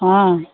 हँ